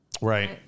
Right